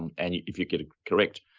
and and if you get it correct.